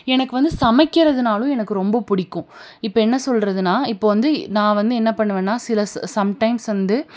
எனக்கு வந்து சமைக்கிறதுனாலும் எனக்கு ரொம்ப பிடிக்கும் இப்போ என்ன சொல்கிறதுன்னா இப்போ வந்து நான் வந்து என்ன பண்ணுவேன்னா சில சம்டைம்ஸ் வந்து